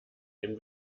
dem